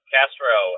Castro